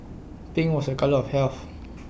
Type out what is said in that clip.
pink was A colour of health